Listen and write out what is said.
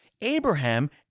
Abraham